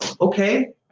Okay